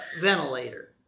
ventilator